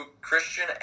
Christian